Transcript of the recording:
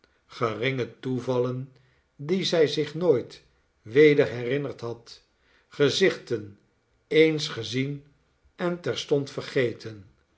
geringe toevallen die zij zichnooit weder herinnerd had gezichten eens gezien en terstond vergeten